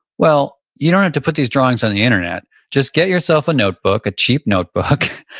well, you don't have to put these drawings on the internet. just get yourself a notebook, a cheap notebook.